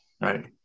Right